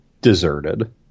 deserted